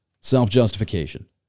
Self-justification